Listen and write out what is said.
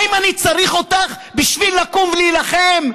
האם אני צריך אותך בשביל לקום ולהילחם?